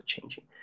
changing